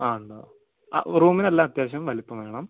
ആ ഉണ്ടോ ആ റൂമിനെല്ലാം അത്യാവശ്യം വലിപ്പം വേണം